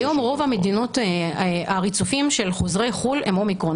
היום הריצופים של חוזרי חו"ל הם אומיקרון,